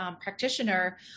practitioner